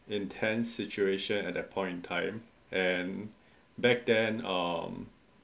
intense situation at the point in time and back then hmm